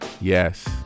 Yes